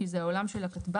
כי זה העולם של הכטב"מים.